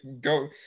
go